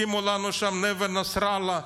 הקימו לנו שם נווה נסראללה,